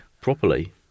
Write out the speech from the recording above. properly